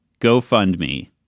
GoFundMe